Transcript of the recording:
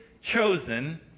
chosen